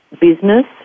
business